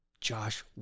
Josh